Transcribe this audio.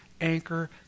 anchor